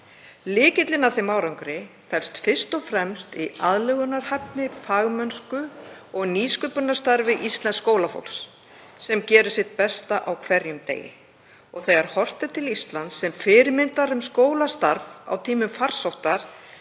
Lykillinn að þeim árangri felst fyrst og fremst í aðlögunarhæfni, fagmennsku og nýsköpunarstarfi íslensks skólafólks sem gerir sitt besta á hverjum degi. Þegar horft er til Íslands sem fyrirmyndar um skólastarf á tímum farsóttar